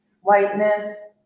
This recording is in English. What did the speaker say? whiteness